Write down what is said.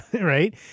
Right